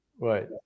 right